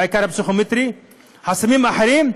בעיקר הפסיכומטרי וחסמים אחרים,